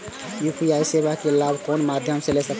UPI सेवा के लाभ कोन मध्यम से ले सके छी?